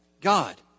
God